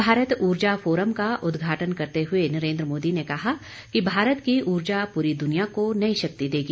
भारत ऊर्जा फोरम का उद्घाटन करते हुए नरेंद्र मोदी ने कहा कि भारत की ऊर्जा पूरी दुनिया को नई शक्ति देगी